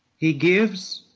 he gives,